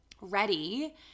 ready